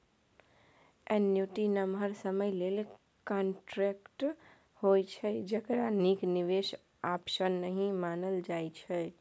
annuity नमहर समय लेल कांट्रेक्ट होइ छै जकरा नीक निबेश आप्शन नहि मानल जाइ छै